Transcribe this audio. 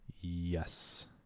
Yes